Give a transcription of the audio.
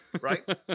Right